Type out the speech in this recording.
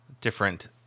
different